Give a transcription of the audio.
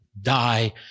die